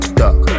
duck